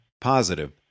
positive